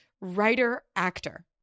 writer-actor